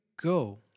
go